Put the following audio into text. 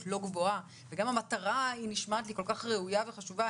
לא גבוהה וגם המטרה נשמעת לי כל כך ראויה וחשובה,